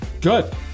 Good